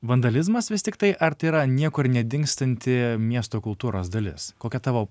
vandalizmas vis tik tai ar tai yra niekur nedingstanti miesto kultūros dalis kokia tavo